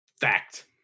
Fact